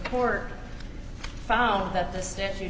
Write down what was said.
court found that the statute